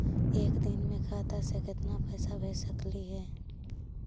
एक दिन में खाता से केतना पैसा भेज सकली हे?